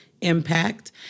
impact